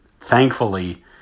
thankfully